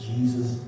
Jesus